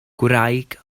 gwraig